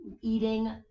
eating